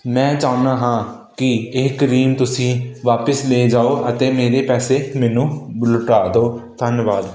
ਮੈਂ ਚਾਹੁੰਦਾ ਹਾਂ ਕਿ ਇਹ ਕਰੀਮ ਤੁਸੀਂ ਵਾਪਿਸ ਲੈ ਜਾਓ ਅਤੇ ਮੇਰੇ ਪੈਸੇ ਮੈਨੂੰ ਲੋਟਾ ਦੋ ਧੰਨਵਾਦ